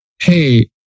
hey